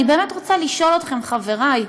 אני באמת רוצה לשאול אתכם, חברי,